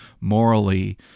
morally